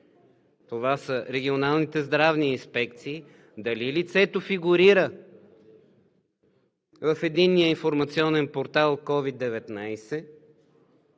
това са регионалните здравни инспекции, дали лицето фигурира в Единния информационен портал – COVID-19